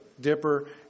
dipper